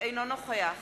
אינו נוכח